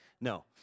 No